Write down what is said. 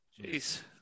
Jeez